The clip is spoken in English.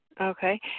Okay